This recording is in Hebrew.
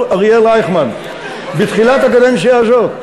אריאל רייכמן בתחילת הקדנציה הזאת.